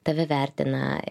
tave vertina